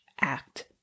act